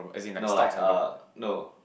no like uh no